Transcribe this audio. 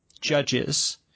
judges